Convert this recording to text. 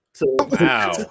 Wow